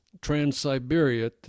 trans-siberia